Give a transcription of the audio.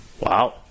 Wow